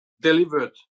delivered